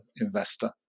investor